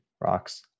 rocks